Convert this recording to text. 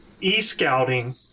e-scouting